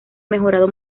mejorado